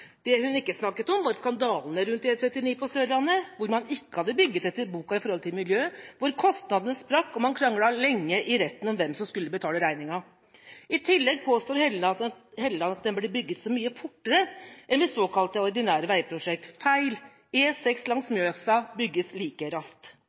Det hun ikke snakket om, var skandalene rundt E39 på Sørlandet, hvor man ikke hadde bygget etter boka når det gjaldt miljø, hvor kostnadene sprakk, og man kranglet lenge i retten om hvem som skulle betale regninga. I tillegg påstår Hofstad Helleland at den ble bygget så mye fortere enn såkalt ordinære veiprosjekt – feil! E6 langs